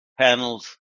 Panels